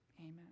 Amen